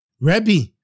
Rebbe